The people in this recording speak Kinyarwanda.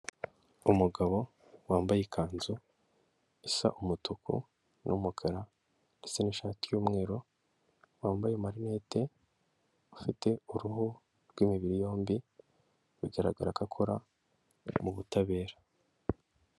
Umugabo wambaye ikanzu isa umutuku n'umukara ndetse nishati y'umweru, wambaye amarinete, ufite uruhu rw'imibiri yombi, bigaragara ko akora mu butabera.